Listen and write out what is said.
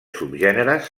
subgèneres